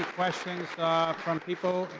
questions from people?